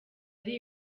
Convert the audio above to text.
ari